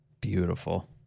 Beautiful